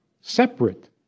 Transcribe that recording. separate